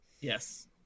Yes